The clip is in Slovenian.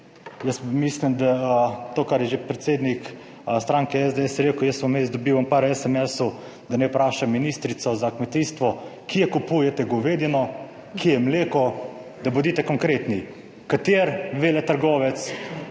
– mislim to, kar je že predsednik stranke SDS rekel. Jaz sem vmes dobil nekaj esemesov, da naj vprašam ministrico za kmetijstvo, kje kupujete govedino, kje mleko, da bodite konkretni, kateri veletrgovec,